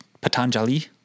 Patanjali